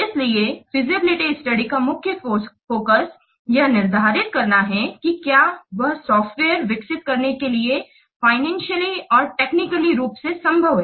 इसलिए feasibility study का मुख्य फोकस यह निर्धारित करना है कि क्या वह सॉफ्टवेयर विकसित करने के लिए फाइनेंसियली और टेक्निकली रूप से संभव है